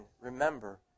remember